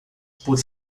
por